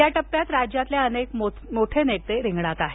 या टप्प्यात राज्यातले अनेक मोठे नेते रिंगणात आहेत